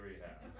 Rehab